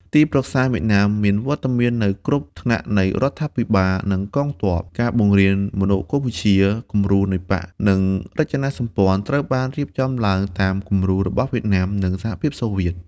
ទីប្រឹក្សាវៀតណាមមានវត្តមាននៅគ្រប់ថ្នាក់នៃរដ្ឋាភិបាល និងកងទ័ព ការបង្រៀនមនោគមវិជ្ជា: គំរូនៃបក្ស និងរចនាសម្ព័ន្ធរដ្ឋត្រូវបានរៀបចំឡើងតាមគំរូរបស់វៀតណាម និងសហភាពសូវៀត ។